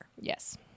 Yes